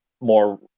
more